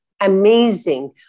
amazing